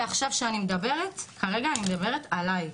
ועכשיו כשאני מדברת, כרגע אני מדברת עליי.